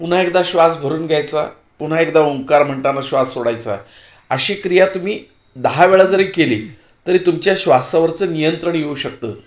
पुन्हा एकदा श्वास भरून घ्यायचा पुन्हा एकदा ओंकार म्हणताना श्वास सोडायचा अशी क्रिया तुम्ही दहा वेळा जरी केली तरी तुमच्या श्वासावरचं नियंत्रण येऊ शकतं